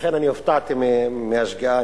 לכן אני הופתעתי מהשגיאה.